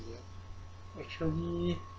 actually